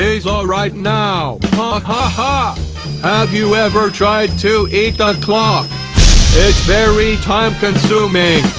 he's alright now ah hahaha! ah have you ever tried to eat um clock? it's very time consuming!